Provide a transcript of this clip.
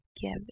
give